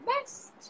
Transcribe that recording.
best